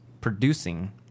producing